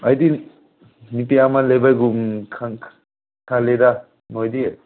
ꯍꯥꯏꯗꯤ ꯅꯨꯄꯤ ꯑꯃ ꯂꯩꯕꯒꯨꯝ ꯈꯜꯂꯤꯗ ꯃꯣꯏꯗꯤ